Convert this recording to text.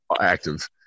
active